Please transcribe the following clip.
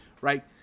right